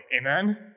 Amen